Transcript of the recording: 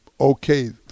okay